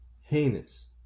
heinous